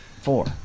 four